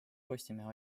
postimehe